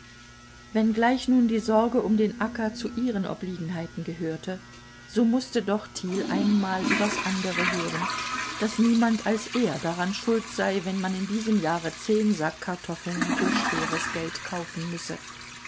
machen wenngleich nun die sorge um den acker zu ihren obliegenheiten gehörte so mußte doch thiel einmal übers andre hören daß niemand als er daran schuld sei wenn man in diesem jahre zehn sack kartoffeln für schweres geld kaufen müsse